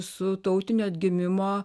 su tautinio atgimimo